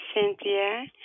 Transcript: Cynthia